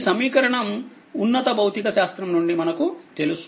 ఈ సమీకరణం ఉన్నత భౌతిక శాస్త్రం నుండి మనకు తెలుసు